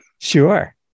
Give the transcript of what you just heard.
Sure